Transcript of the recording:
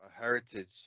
heritage